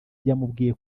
yamubwiye